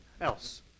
else